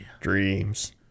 Dreams